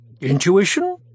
Intuition